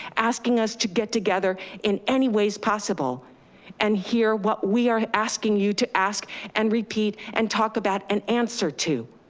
asking us to get together in any ways possible and hear what we are asking you to ask and repeat and talk about an answer to.